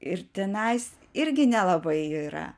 ir tenais irgi nelabai yra